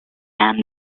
and